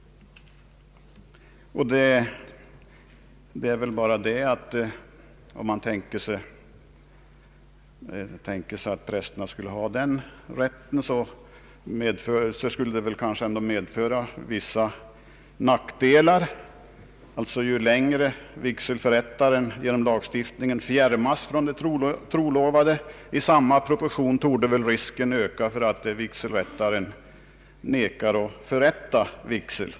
En sådan oinskränkt rätt för prästerna skulle kanske ändå medföra vissa nackdelar. Ju längre vigselförrättaren genom lagstiftningen fjärmas från de trolovade, desto större torde risken bli för att vigselförrättaren vägrar att förrätta vigsel.